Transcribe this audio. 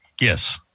yes